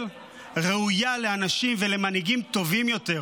ראויה לאנשים ולמנהיגים טובים יותר.